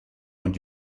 und